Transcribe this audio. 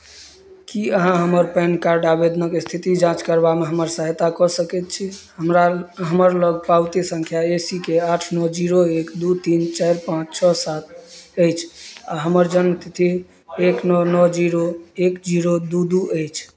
की अहाँ हमर PAN card आवेदनक स्थिति जाँच करबामे हमर सहायता कऽ सकैत छी हमरा हमर लग पावती सङ्ख्या ए सी के आठ नओ जीरो एक दू तीन चारि पाँच छओ सात अछि आ हमर जन्मतिथि एक नओ नओ जीरो एक जीरो दू दू अछि